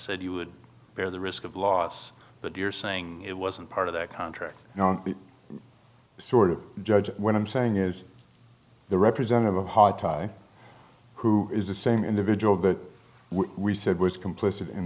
said you would bear the risk of loss but you're saying it wasn't part of that contract sort of judge what i'm saying is the representative of heart who is the same individual that we said was complicit in